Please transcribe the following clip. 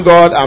God